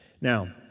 Now